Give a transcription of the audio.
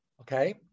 okay